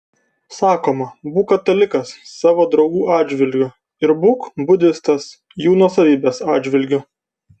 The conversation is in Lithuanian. sakoma būk katalikas savo draugų atžvilgių ir būk budistas jų nuosavybės atžvilgiu